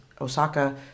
Osaka